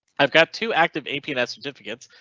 i've got two active a peanut certificates.